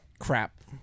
crap